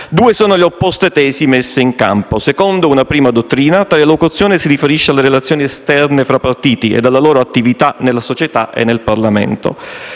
Due sono le opposte tesi messe in campo. Secondo una prima dottrina, tale locuzione si riferisce alle relazioni esterne tra partiti e alla loro attività nella società e nel Parlamento.